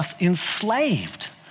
enslaved